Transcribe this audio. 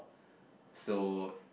so